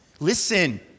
Listen